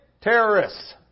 terrorists